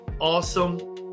awesome